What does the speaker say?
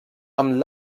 amb